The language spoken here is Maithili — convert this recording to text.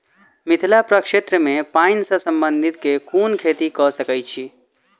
मिथिला प्रक्षेत्र मे पानि सऽ संबंधित केँ कुन खेती कऽ सकै छी?